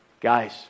Guys